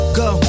go